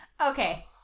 Okay